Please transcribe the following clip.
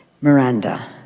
Miranda